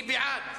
מי בעד?